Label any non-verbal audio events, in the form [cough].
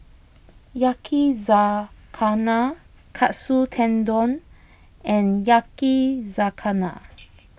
Yakizakana Katsu Tendon and Yakizakana [noise]